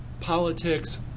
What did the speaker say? politics